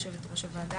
יו"ר הוועדה,